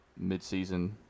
midseason